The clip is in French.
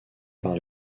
par